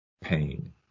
pain